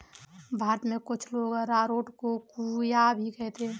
भारत में कुछ लोग अरारोट को कूया भी कहते हैं